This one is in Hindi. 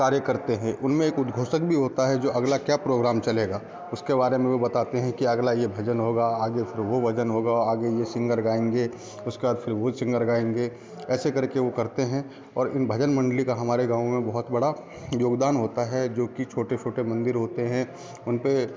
कार्य करते हैं उनमें एक उदघोषक भी होता है जो अगला क्या प्रोग्राम चलेगा उसके बारे में वो बताते हैं कि अगला ये भजन होगा आगे फिर वो भजन होगा आगे ये सिंगर गाएंगे उसके बाद फिर वो सिंगर गाएंगे ऐसा करके वो करते हैं और इन भजन मंडली का हमारे गाँव में बहुत बड़ा योगदान होता है जो कि छोटे छोटे मंदिर होते हैं उनपे